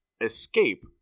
escape